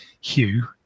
hugh